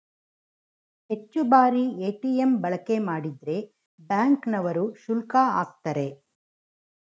ಹೆಚ್ಚು ಬಾರಿ ಎ.ಟಿ.ಎಂ ಬಳಕೆ ಮಾಡಿದ್ರೆ ಬ್ಯಾಂಕ್ ನವರು ಶುಲ್ಕ ಆಕ್ತರೆ